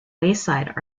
wayside